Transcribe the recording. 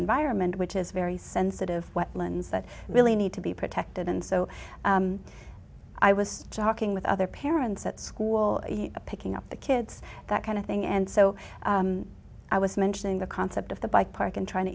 environment which is very sensitive wetlands that really need to be protected and so i was talking with other parents at school picking up the kids that kind of thing and so i was mentioning the concept of the bike park and trying to